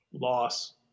Loss